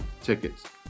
tickets